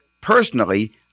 Personally